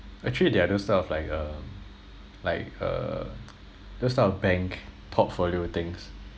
actually there are other stuff like uh like uh those type of bank portfolio things